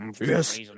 Yes